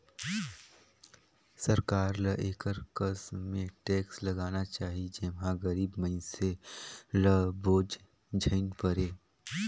सरकार ल एकर कस में टेक्स लगाना चाही जेम्हां गरीब मइनसे ल बोझ झेइन परे